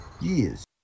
years